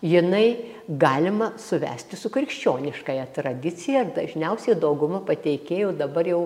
jinai galima suvesti su krikščioniškąja tradicija dažniausiai dauguma pateikėjų dabar jau